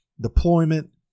deployment